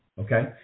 okay